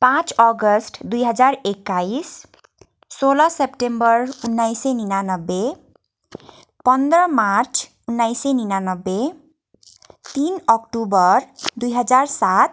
पाँच अगस्त दुई हजार एक्काइस सोह्र सेप्टेम्बर उन्नाइस सय उनान्सय पन्ध्र मार्च उन्नाइस सय उनान्सय तिन अक्टोबर दुई हजार सात